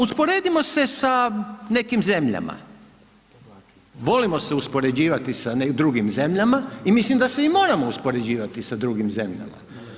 Usporedimo se sa nekim zemljama, volimo se uspoređivati sa drugim zemljama i mislim da se i moramo uspoređivati sa drugim zemljama.